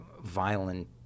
violent